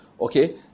okay